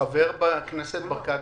אני נגד לבטל באופן קבוע.